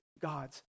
God's